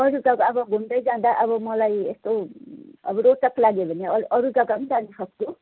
अरू त अब घुम्दै जाँदा अब मलाई यस्तो अब रोचक लाग्यो भने अरू जग्गा पनि जानु सक्छु